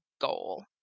goal